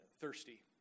thirsty